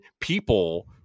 people